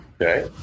Okay